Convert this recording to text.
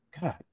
God